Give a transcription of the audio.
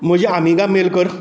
म्हज्या आमिगा मेल कर